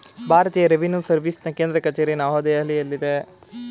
ಭಾರತೀಯ ರೆವಿನ್ಯೂ ಸರ್ವಿಸ್ನ ಕೇಂದ್ರ ಕಚೇರಿ ನವದೆಹಲಿಯಲ್ಲಿದೆ